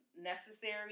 necessary